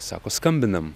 sako skambinam